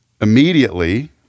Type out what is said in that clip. Immediately